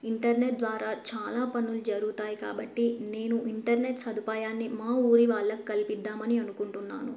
internet ద్వారా చాలా పనులు జరుగుతాయి కాబట్టి నేను ఇంటర్నెట్ సదుపాయాన్ని మా ఊరి వాళ్ళకు కలిపించుదామని అనుకుంటున్నాను